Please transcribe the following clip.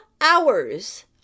hours